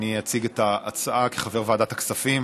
אני אציג את ההצעה כחבר ועדת הכספים.